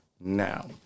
now